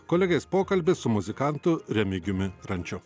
kolegės pokalbis su muzikantu remigijumi rančiu